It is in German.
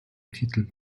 titel